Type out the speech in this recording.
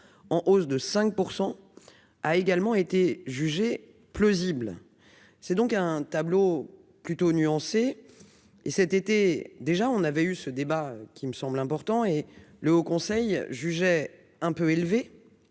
en hausse de 5 %% a également été jugé plausible, c'est donc un tableau plutôt nuancé et cet été déjà, on avait eu ce débat qui me semble important, et le Haut Conseil jugeait un peu élevé